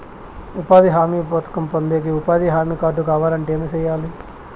ఉపాధి హామీ పథకం పొందేకి ఉపాధి హామీ కార్డు కావాలంటే ఏమి సెయ్యాలి?